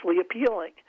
appealing